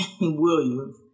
Williams